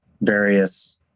various